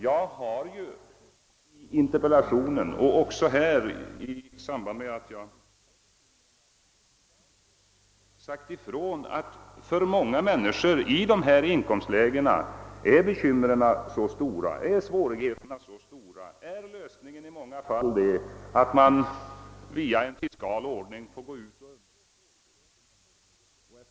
Jag har i interpellationen och även här i samband med att jag tackade finansministern för svaret sagt ifrån, att för många människor i dessa inkomstlägen är svårigheterna så stora att lösningen i många fall blir den att man via en fiskal ordning får gå ut och undersöka hur människorna har det.